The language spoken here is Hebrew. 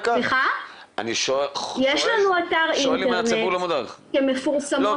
יש לנו אתר אינטרנט בו מפורסמות התחנות.